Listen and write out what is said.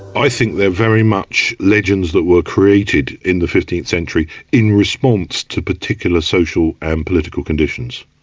i think they're very much legends that were created in the fifteenth century in response to particular social and political conditions.